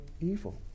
evil